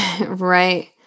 Right